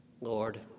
Lord